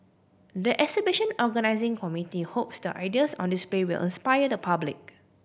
the exhibition organising committee hopes the ideas on display will inspire the public